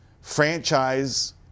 franchise